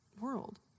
world